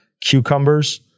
cucumbers